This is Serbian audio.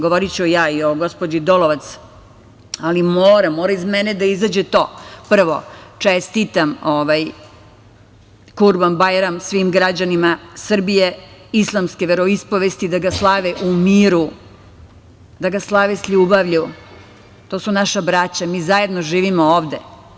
Govoriću i o gospođi Dolovac, ali moram, mora iz mene da izađe to, prvo da čestitam Kurban-bajram svim građanima Srbije islamske veroispovesti, da ga slave u miru, da ga slave s ljubavlju, to su naša braća, mi svi zajedno živimo ovde.